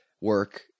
work